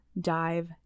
dive